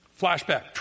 flashback